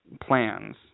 plans